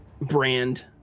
brand